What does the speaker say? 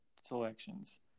selections